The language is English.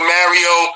Mario